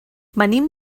venim